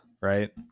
right